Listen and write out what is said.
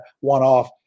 one-off